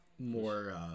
More